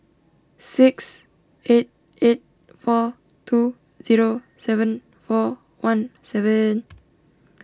six eight eight four two zero seven four one seven